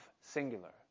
singular